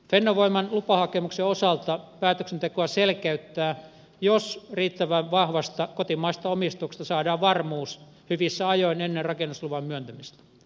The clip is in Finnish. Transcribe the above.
fennovoiman lupahakemuksen osalta päätöksentekoa selkeyttää jos riittävän vahvasta kotimaisesta omistuksesta saadaan varmuus hyvissä ajoin ennen rakennusluvan myöntämistä